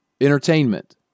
entertainment